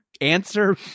answer